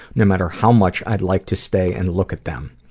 no matter how much i'd like to stay and look at them.